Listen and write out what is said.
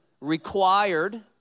Required